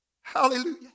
Hallelujah